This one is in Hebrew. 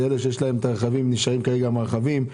אלה שיש להם הרכבים, נשארים כרגע עם הרכבים,